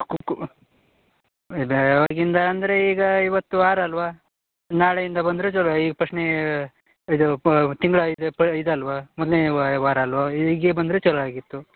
ಕು ಕು ಇದೆ ಯಾವಾಗಿಂದ ಅಂದರೆ ಈಗ ಇವತ್ತು ವಾರ ಅಲ್ವ ನಾಳೆಯಿಂದ ಬಂದರೆ ಜುಲೈ ಫಸ್ಟನೇ ಇದು ತಿಂಗ್ಳು ಇದು ಪ್ ಇದಲ್ವ ಮೊದಲ್ನೇ ವಾರಲ್ವ ಈಗ್ಗೆ ಬಂದರೆ ಚಲೋ ಆಗಿತ್ತು